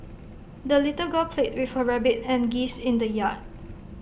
the little girl played with her rabbit and geese in the yard